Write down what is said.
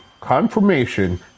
confirmation